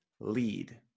lead